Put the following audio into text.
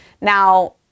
Now